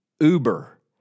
Uber